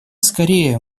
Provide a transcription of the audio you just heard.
скорее